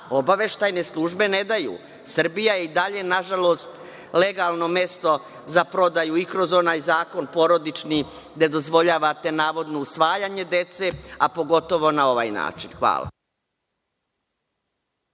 obaveštajne službe ne daju. Srbija je i dalje nažalost legalno mesto za prodaju i kroz onaj zakon porodični, gde dozvoljavate navodno usvajanje dece, a pogotovo na ovaj način. Hvala